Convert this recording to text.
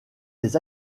les